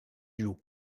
duo